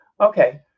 Okay